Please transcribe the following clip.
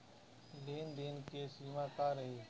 लेन देन के सिमा का रही?